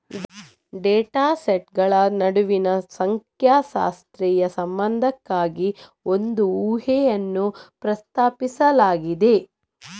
data ಸೆಟ್ಗಳ ನಡುವಿನ ಸಂಖ್ಯಾಶಾಸ್ತ್ರೀಯ ಸಂಬಂಧಕ್ಕಾಗಿ ಒಂದು ಊಹೆಯನ್ನು ಪ್ರಸ್ತಾಪಿಸಲಾಗಿದೆ